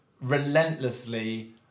relentlessly